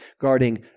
guarding